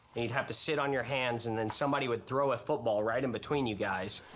and you'd have to sit on your hands and then somebody would throw a football right in between you guys.